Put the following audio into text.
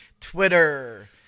Twitter